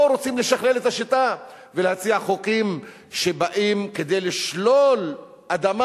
פה רוצים לשכלל את השיטה ולהציע חוקים שבאים לשלול אדמה